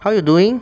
how you doing